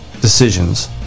decisions